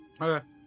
okay